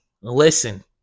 Listen